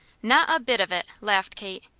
not a bit of it! laughed kate.